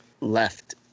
left